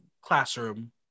classroom